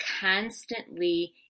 constantly